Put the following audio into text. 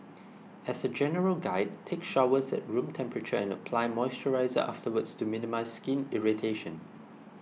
as a general guide take showers at room temperature and apply moisturiser afterwards to minimise skin irritation